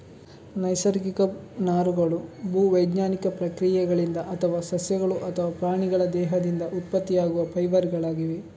ನೈಸರ್ಗಿಕ ನಾರುಗಳು ಭೂ ವೈಜ್ಞಾನಿಕ ಪ್ರಕ್ರಿಯೆಗಳಿಂದ ಅಥವಾ ಸಸ್ಯಗಳು ಅಥವಾ ಪ್ರಾಣಿಗಳ ದೇಹದಿಂದ ಉತ್ಪತ್ತಿಯಾಗುವ ಫೈಬರ್ ಗಳಾಗಿವೆ